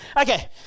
Okay